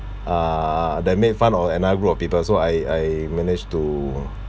uh they made fun of another group of people so I I manage to